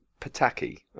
Pataki